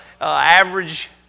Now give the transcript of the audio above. average